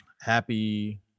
happy